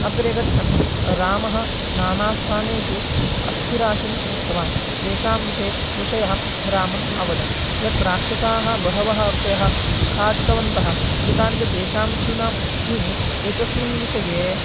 अग्रे गच्छन् रामः नानास्थानेषु अस्थिराशिं दृष्टवान् येषां विषये ऋषयः रामम् अवदन् यत् राक्षसाः बहून् ऋषीन् खादितवन्तः एतानि च तेषाम् ऋषीणाम् अस्थीनि एतस्मिन् विषये